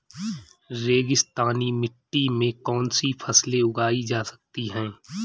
रेगिस्तानी मिट्टी में कौनसी फसलें उगाई जा सकती हैं?